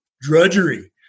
drudgery